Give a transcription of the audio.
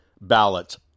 ballots